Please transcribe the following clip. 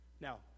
Now